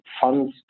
funds